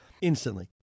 instantly